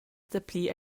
dapli